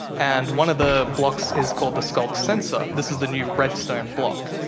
and one of the blocks is called the skulk sensor. this is the new redstone block.